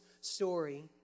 story